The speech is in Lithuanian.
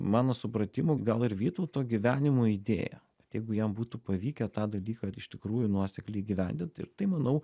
mano supratimu gal ir vytauto gyvenimo idėja jeigu jam būtų pavykę tą dalyką ir iš tikrųjų nuosekliai įgyvendint ir tai manau